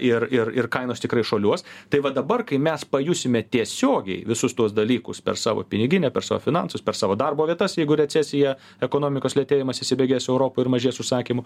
ir ir ir kainos tikrai šuoliuos tai va dabar kai mes pajusime tiesiogiai visus tuos dalykus per savo piniginę per savo finansus per savo darbo vietas jeigu recesija ekonomikos lėtėjimas įsibėgės europoj ir mažės užsakymų